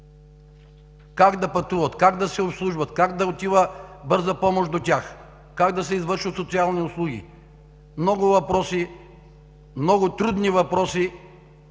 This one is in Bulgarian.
Как да пътуват? Как да се обслужват? Как да отиват от Бърза помощ до тях? Как да се извършват социални услуги? Много въпроси, много трудни въпроси